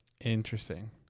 Interesting